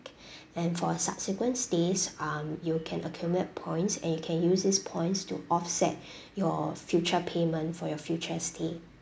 and for subsequent stays um you can accumulate points and you can use this points to offset your future payment for your future stay